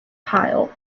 pyle